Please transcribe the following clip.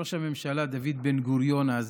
ראש הממשלה דוד בן-גוריון אז